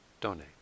donate